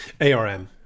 ARM